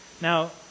Now